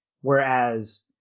whereas